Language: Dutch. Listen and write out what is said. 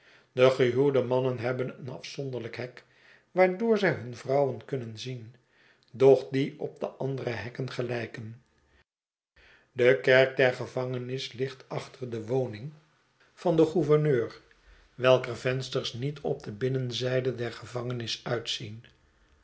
de gehuwde mannen hebben een afzonderlyk hek waardoor zij hun vrouwen kunnen zien doch die op de andere hekken gelijken de kerk der gevangenis ligt achter de woning van den gouverneur welker vensters niet op de binnenzijde der gevangenis uitzien